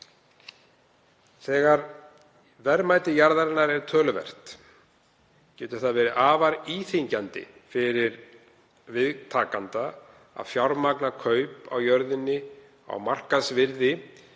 Þegar verðmæti jarðarinnar er töluvert getur það verið afar íþyngjandi fyrir viðtakanda að fjármagna kaup á jörðinni á markaðsvirði